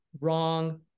wrong